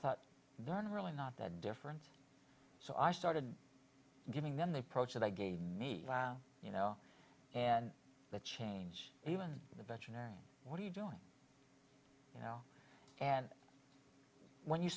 thought there are really not that different so i started giving then they proceed they gave me you know and the change even the veterinarian what are you doing you know and when you